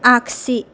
आगसि